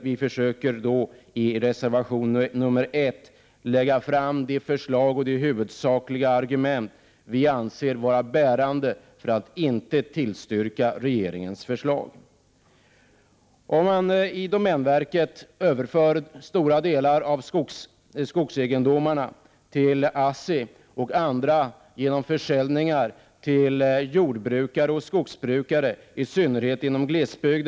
Vi lägger i reservation 1 fram vårt förslag och de huvudsakliga argument vi anser vara bärande för att inte skall tillstyrka regeringens förslag. Domänverket bör överföra stora delar av skogsegendomarna till ASSI och andra genom försäljning till jordoch skogsbrukare, i synnerhet i glesbygd.